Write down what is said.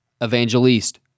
Evangelist